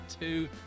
two